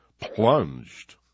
plunged